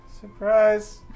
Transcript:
surprise